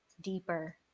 deeper